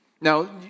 Now